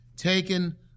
taken